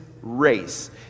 race